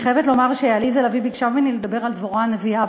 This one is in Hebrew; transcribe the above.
אני חייבת לומר שעליזה לביא ביקשה ממני לדבר על דבורה הנביאה,